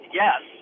yes